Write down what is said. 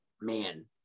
man